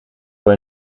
voor